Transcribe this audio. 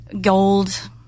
gold